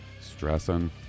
Stressing